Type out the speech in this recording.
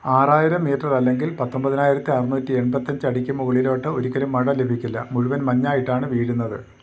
ആറായിരം മീറ്റർ അല്ലെങ്കിൽ പത്തൊമ്പതിനായിരത്തി അറുന്നൂറ്റി എൺപത്തി അഞ്ച് അടിക്ക് മുകളിലോട്ട് ഒരിക്കലും മഴ ലഭിക്കില്ല മുഴുവൻ മഞ്ഞായിട്ടാണ് വീഴുന്നത്